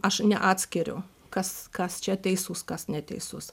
aš neatskiriu kas kas čia teisus kas neteisus